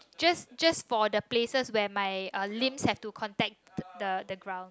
just just for the places where my uh limbs have to contact the the ground